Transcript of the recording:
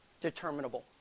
determinable